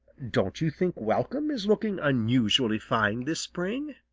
don't you think welcome is looking unusually fine this spring?